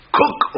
cook